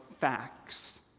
facts